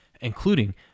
including